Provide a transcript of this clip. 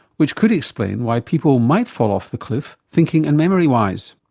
which could explain why people might fall off the cliff thinking and memory wise.